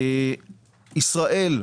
ישראל,